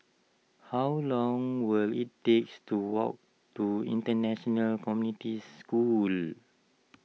how long will it take to walk to International Community School